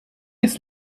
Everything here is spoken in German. ist